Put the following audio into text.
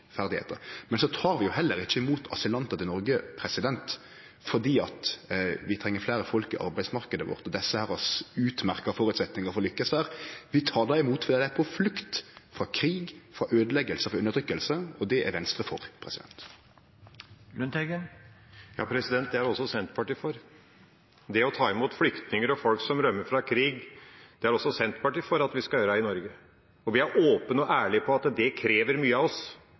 Men så tek vi heller ikkje imot asylantar i Noreg fordi vi treng fleire folk i arbeidsmarknaden vår, og fordi desse har utmerkte føresetnader for å lykkast der. Vi tek dei imot fordi dei er på flukt – frå krig, frå øydeleggingar, frå undertrykking – og det er Venstre for. Det er også Senterpartiet for. Det å ta imot flyktninger og folk som rømmer fra krig, er også Senterpartiet for at vi skal gjøre i Norge, og vi er åpne og ærlige på at det krever mye av oss.